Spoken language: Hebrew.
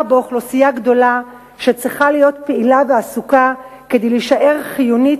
באוכלוסייה גדולה שצריכה להיות פעילה ועסוקה כדי להישאר חיונית,